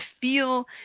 feel